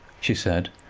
she said,